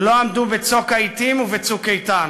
לא עמדו בצוק העתים וב"צוק איתן".